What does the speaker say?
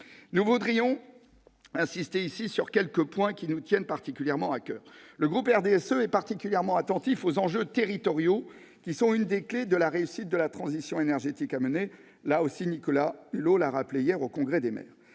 Nous voudrions insister ici sur quelques points qui nous tiennent particulièrement à coeur. Le groupe du RDSE est particulièrement attentif aux enjeux territoriaux, qui sont une des clefs de la réussite de la transition énergétique à mener- Nicolas Hulot l'a rappelé hier au congrès des maires.